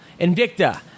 Invicta